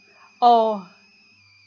oh